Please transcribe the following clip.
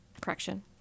Correction